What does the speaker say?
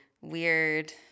Weird